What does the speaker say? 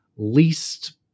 least